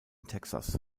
texas